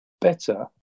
better